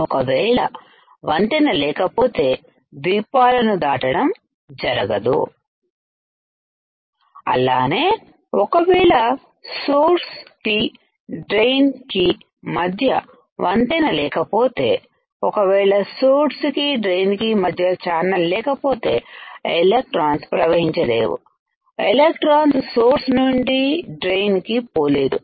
ఒకవేళ వంతెన లేకపోతే ద్వీపాలను దాటడం జరగదు అలానే ఒకవేళ సోర్స్ కి డ్రైన్ కి మధ్య వంతెన లేకపోతే ఒకవేళ సోర్సు కి డ్రైన్ కిమధ్య ఛానల్ లేకపోతే ఎలెక్ట్రాన్స్ ప్రవహించ లేవు ఎలక్ట్రాన్ సోర్స్ నుండి డ్రైన్ కి పోలేదు